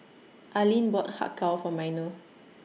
Alleen bought Har Kow For Minor